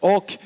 Och